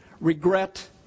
regret